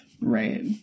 right